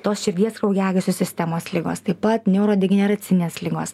tos širdies kraujagyslių sistemos ligos taip pat neurodegeneracinės ligos